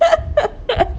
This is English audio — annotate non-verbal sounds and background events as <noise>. <laughs>